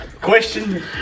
question